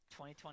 2020